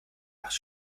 macht